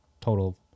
total